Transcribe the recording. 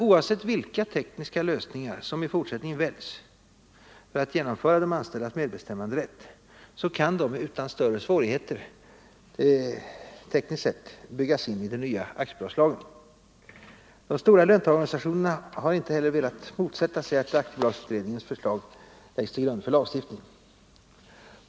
Oavsett vilka tekniska lösningar som i fortsättningen väljs för att genomföra de anställdas medbestämmanderätt kan de utan större lagtekniska svårigheter byggas in i den nya aktiebolagslagen. De stora löntagarorganisationerna har inte heller velat motsätta sig att aktiebolagsutredningens förslag läggs till grund för lagstiftning.